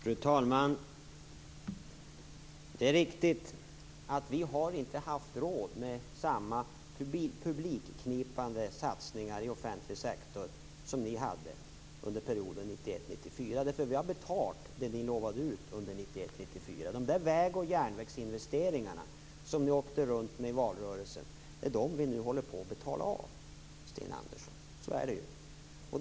Fru talman! Det är riktigt att vi inte har haft råd med samma publikknipande satsningar i offentlig sektor som ni hade under perioden 1991-1994. Vi har nämligen betalat det ni utlovade under 1991-1994. Det är de väg och järnvägsinvesteringar som ni åkte runt med i valrörelsen som vi nu håller på och betalar av, Sten Andersson.